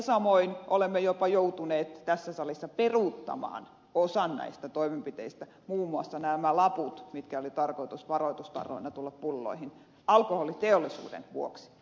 samoin olemme jopa joutuneet tässä salissa peruuttamaan osan näistä toimenpiteistä muun muassa nämä laput joiden oli tarkoitus varoitustarroina tulla pulloihin alkoholiteollisuuden vuoksi